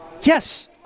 Yes